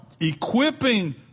equipping